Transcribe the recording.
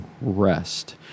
rest